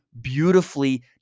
beautifully